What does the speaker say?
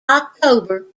october